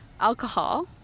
alcohol